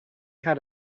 had